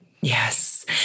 yes